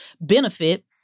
benefit